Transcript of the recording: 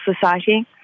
Society